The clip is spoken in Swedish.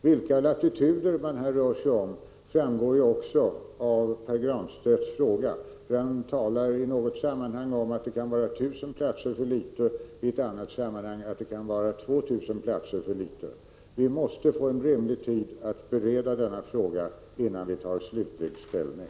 Vilka latituder det här rör sig om framgår ju också av Pär Granstedts fråga. Där sägs i något sammanhang att det kan vara 1 000 platser för litet, och i ett annat sammanhang att det kan vara 2 000 platser för litet. Vi måste få rimlig tid att bereda denna fråga innan vi tar slutlig ställning.